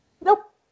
Nope